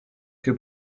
che